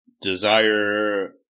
Desire